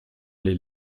les